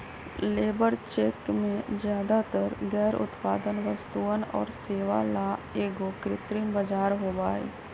labour check में ज्यादातर गैर उत्पादक वस्तुअन और सेवा ला एगो कृत्रिम बाजार होबा हई